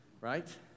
Right